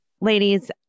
Ladies